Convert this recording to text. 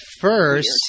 first